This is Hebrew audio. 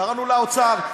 קראנו לאוצר,